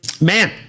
Man